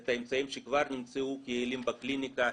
את האמצעים שכבר נמצאו כיעילים בקליניקה,